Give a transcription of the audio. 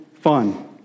fun